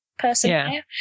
Person